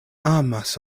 amas